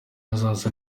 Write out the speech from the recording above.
hazaza